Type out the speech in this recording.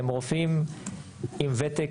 הם רופאים עם ותק,